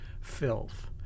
filth